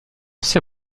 c’est